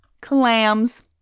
Clams